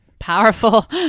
powerful